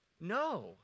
No